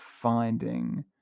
finding –